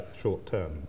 short-term